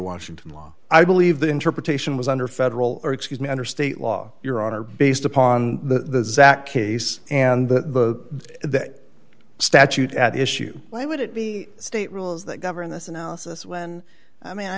washington law i believe the interpretation was under federal or excuse me under state law your honor based upon the zach case and the that statute at issue why would it be state rules that govern this analysis when i mean i